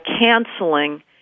canceling